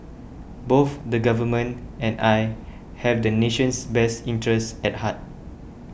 both the Government and I have the nation's best interest at heart